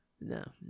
No